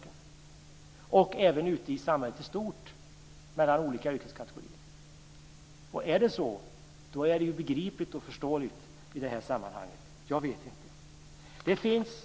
Det gäller även ute i samhället i stort bland olika yrkeskategorier. Är det så, är det begripligt och förståeligt i det här sammanhanget. Jag vet inte.